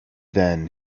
then